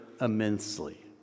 immensely